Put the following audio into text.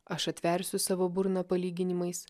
aš atversiu savo burną palyginimais